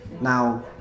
Now